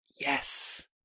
yes